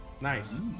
Nice